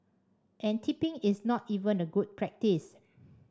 and tipping is not even a good practice